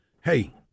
hey